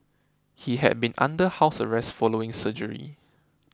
he had been under house arrest following surgery